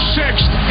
sixth